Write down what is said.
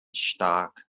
stark